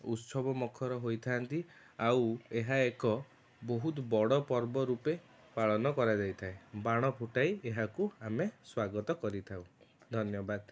ଉତ୍ସବମୁଖର ହୋଇଥାଆନ୍ତି ଆଉ ଏହା ଏକ ବହୁତ ବଡ଼ ପର୍ବ ରୂପେ ପାଳନ କରାଯାଇଥାଏ ବାଣ ଫୁଟାଈ ଏହାକୁ ଆମେ ସ୍ୱାଗତ କରିଥାଉ ଧନ୍ୟବାଦ